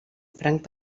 franc